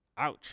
ouch